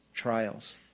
trials